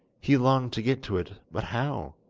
he longed to get to it, but how?